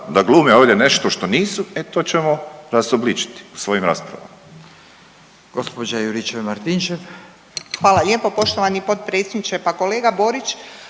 da glume ovdje nešto što nisu e to ćemo rasobličiti u svojim raspravama.